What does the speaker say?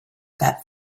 that